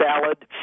salad